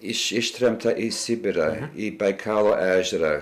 iš ištremta į sibirą į baikalo ežerą